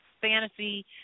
fantasy